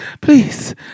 Please